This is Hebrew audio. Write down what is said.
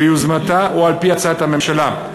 ביוזמתה או על-פי הצעת הממשלה,